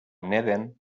neden